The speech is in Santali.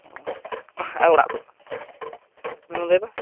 ᱚᱻᱚᱲᱟᱜ ᱠᱷᱚᱡ ᱦᱮᱸ ᱞᱟᱹᱭ ᱵᱮᱱ